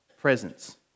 presence